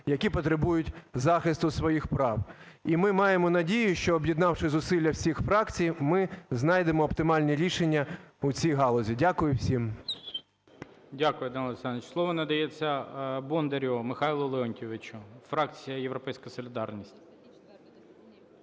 які потребують захисту своїх прав. І ми маємо надію, що, об'єднавши зусилля всіх фракцій, ми знайдемо оптимальне рішення в цій галузі. Дякую всім. ГОЛОВУЮЧИЙ. Дякую, Данило Олександрович. Слово надається Бондарю Михайлу Леонтійовичу, фракція "Європейська солідарність".